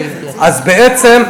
אז בעצם,